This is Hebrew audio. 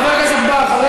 חבר הכנסת בר,